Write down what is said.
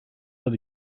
dat